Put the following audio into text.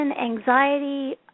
anxiety